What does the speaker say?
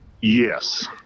yes